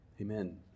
Amen